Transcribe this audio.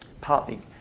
partly